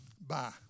bye